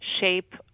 shape